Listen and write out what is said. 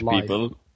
people